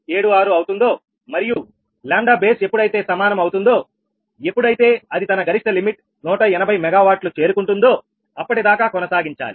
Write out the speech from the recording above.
76 అవుతుందో మరియు 𝜆 బేస్ ఎప్పుడైతే సమానం అవుతుందోఎప్పుడైతే అది తన గరిష్ట లిమిట్ 180 MW చేరుకుంటుందో అప్పటి దాకా కొనసాగించాలి